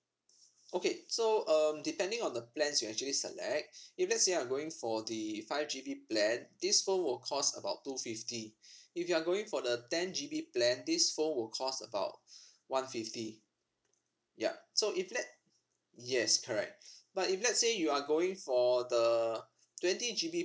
okay so um depending on the plans you actually select if let's say you're going for the five G B plan this phone will cost about two fifty if you are going for the ten G B plan this phone will cost about one fifty ya so if let yes correct but if let's say you are going for the twenty G B